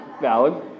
Valid